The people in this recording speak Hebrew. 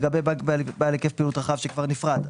לגבי בנק בעל היקף פעילות רחב שכבר נפרד,